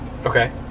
Okay